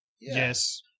Yes